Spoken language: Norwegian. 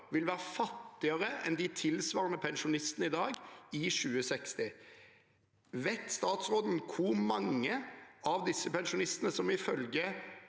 vil være fattigere i 2060 enn de tilsvarende pensjonistene i dag. Vet statsråden hvor mange av disse pensjonistene som ifølge